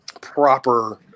proper